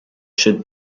should